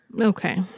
Okay